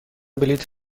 بلیط